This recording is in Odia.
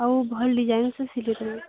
ଆଉ ଭଲ୍ ଡ଼ିଜାଇନ୍ସେ ସିଲେଇ କରିବେ